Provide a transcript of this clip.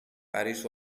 parish